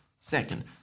Second